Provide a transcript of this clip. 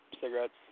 cigarettes